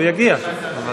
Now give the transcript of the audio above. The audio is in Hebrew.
הוא יגיע.